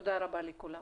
תודה רבה לכולם.